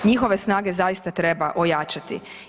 Njihove snage zaista treba ojačati.